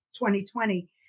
2020